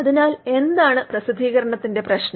അതിനാൽ എന്താണ് പ്രസിദ്ധീകരണത്തിന്റെ പ്രശ്നം